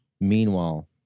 Meanwhile